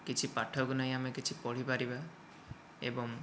କିଛି ପାଠକୁ ନେଇ ଆମେ କିଛି ପଢ଼ି ପାରିବା ଏବଂ